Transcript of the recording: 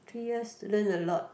three years learn a lot